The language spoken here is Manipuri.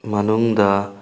ꯃꯅꯨꯡꯗ